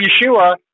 Yeshua